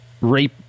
rape